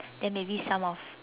then maybe some of